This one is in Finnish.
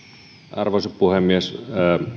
arvoisa puhemies